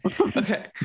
Okay